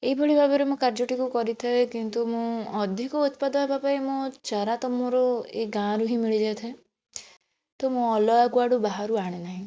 ଏହିଭଳି ଭାବରେ ମୁଁ କାର୍ଯ୍ୟଟି କୁ କରିଥାଏ କିନ୍ତୁ ମୁଁ ଅଧିକ ଉତ୍ପାଦ ହେବା ପାଇଁ ମୁଁ ଚାରା ତ ମୋର ଏଇ ଗାଁରୁ ହିଁ ମିଳିଯାଇ ଥାଏ ତ ମୁଁ ଅଲଗା କୁଆଡ଼ୁ ବାହାରୁ ଆଣେ ନାହିଁ